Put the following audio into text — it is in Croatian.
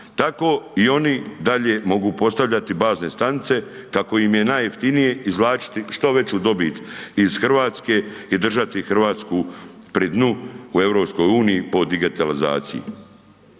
Tako i oni dalje mogu postavljati bazne stanice kako im je najjeftinije, izvlačiti što veću dobit iz Hrvatske i držati Hrvatsku pri dnu u EU po digitalizaciji.